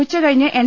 ഉച്ചകഴിഞ്ഞ് എൻ